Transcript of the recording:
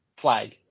Flag